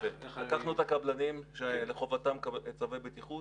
לקחנו את הקבלנים שלחובתם צווי בטיחות,